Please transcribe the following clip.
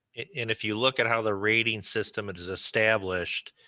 and if you look at how the rating system and is established,